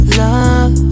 love